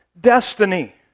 destiny